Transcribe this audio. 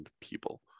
people